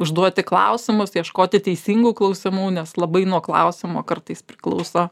užduoti klausimus ieškoti teisingų klausimų nes labai nuo klausimo kartais priklauso